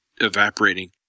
evaporating